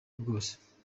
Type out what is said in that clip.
bwose